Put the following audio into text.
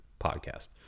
podcast